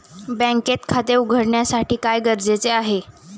बँकेत खाते उघडण्यासाठी काय गरजेचे आहे?